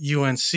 UNC